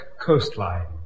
coastline